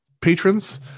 patrons